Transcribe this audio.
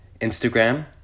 Instagram